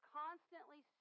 constantly